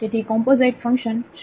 તેથી composite function શું છે